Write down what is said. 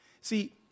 See